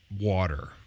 water